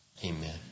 Amen